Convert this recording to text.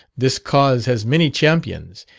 this cause has many champions,